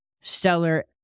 stellar